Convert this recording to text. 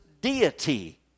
deity